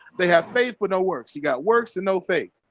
they have faith with no works he got works in no faith,